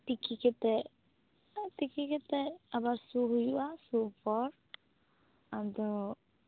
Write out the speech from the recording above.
ᱛᱤᱠᱤ ᱠᱟᱛᱮ ᱛᱤᱠᱤ ᱠᱟᱛᱮ ᱟᱫᱚ ᱥᱩᱭ ᱦᱩᱭᱩᱜᱼᱟ ᱥᱩᱭ ᱯᱚᱨ ᱟᱫᱚ